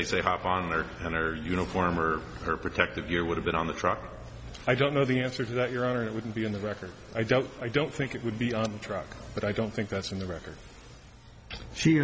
they say hop on their own or you know form or her protective gear would have been on the truck i don't know the answer to that your honor it wouldn't be in the record i don't i don't think it would be on the truck but i don't think that's in the record she